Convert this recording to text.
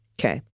Okay